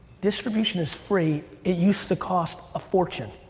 distribution is free, it used to cost a fortune.